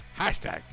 hashtag